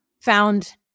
found